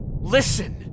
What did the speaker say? Listen